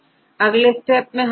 अब अगला स्टेप क्या है